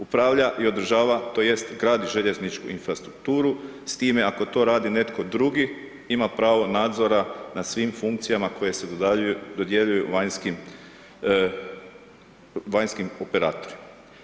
Upravlja i održava, tj. gradi željezničku infrastrukturu, s time ako to radi netko drugi, ima pravo nadzora nad svim funkcijama koje se dodjeljuju vanjskim operatorima.